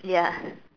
ya